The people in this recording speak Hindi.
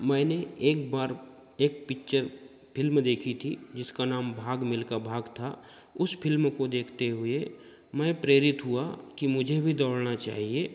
मैंने एक बार एक पिक्चर फ़िल्म देखी थी जिसका नाम भाग मिलखा भाग था उस फ़िल्म को देखते हुए मैं प्रेरित हुआ कि मुझे भी दौड़ना चाहिए